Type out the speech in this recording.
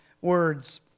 words